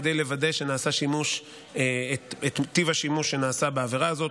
כדי לוודא את טיב השימוש שנעשה בעבירה הזאת,